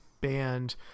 band